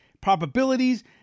probabilities